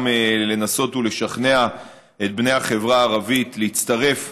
וגם לנסות ולשכנע את בני החברה הערבית להצטרף